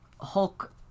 Hulk